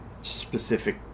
specific